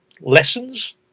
lessons